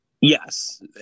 yes